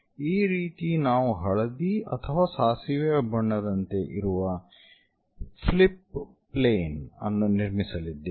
ಈ ರೀತಿ ನಾವು ಹಳದಿ ಅಥವಾ ಸಾಸಿವೆಯ ಬಣ್ಣದಂತೆ ಇರುವ ಫ್ಲಿಪ್ ಪ್ಲೇನ್ ಅನ್ನು ನಿರ್ಮಿಸಲಿದ್ದೇವೆ